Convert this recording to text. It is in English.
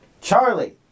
Charlie